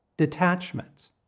Detachment